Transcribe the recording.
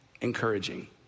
encouraging